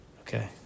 Okay